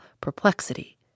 perplexity